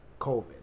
COVID